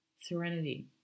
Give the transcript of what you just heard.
serenity